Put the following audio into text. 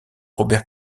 robert